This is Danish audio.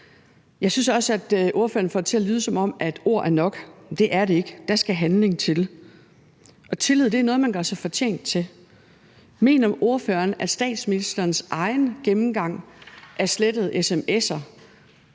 Jeg synes også, ordføreren får det til at lyde, som om ord er nok – det er det ikke; der skal handling til. Og tillid er noget, man gør sig fortjent til. Mener ordføreren, at statsministerens egen gennemgang af slettede sms'er